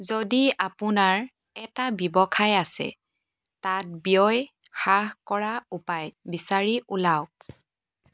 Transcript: যদি আপোনাৰ এটা ব্যৱসায় আছে তাত ব্যয় হ্ৰাস কৰাৰ উপায় বিচাৰি উলিয়াওক